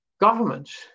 governments